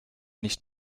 nicht